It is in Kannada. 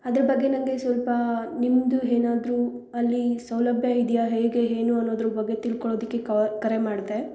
ಅದ್ರ ಬಗ್ಗೆ ನನಗೆ ಸ್ವಲ್ಪ ನಿಮ್ಮದು ಏನಾದ್ರು ಅಲ್ಲಿ ಸೌಲಭ್ಯ ಇದೆಯಾ ಹೇಗೆ ಏನು ಅನ್ನೋದ್ರ ಬಗ್ಗೆ ತಿಳ್ಕೊಳ್ಳೋದಕ್ಕೆ ಕವ ಕರೆ ಮಾಡಿದೆ